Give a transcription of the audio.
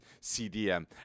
CDM